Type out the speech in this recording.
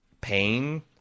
pain